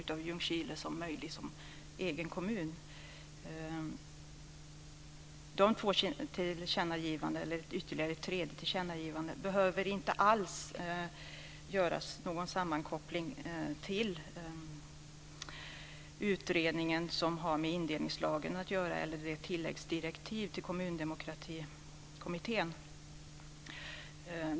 Det behöver inte göras någon sammankoppling mellan dessa tillkännagivanden och den utredning som har med indelningslagen att göra eller tilläggsdirektivet till Kommundemokratikommittén.